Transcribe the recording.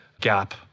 gap